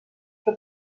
que